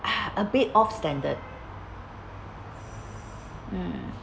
ah a bit off standard mm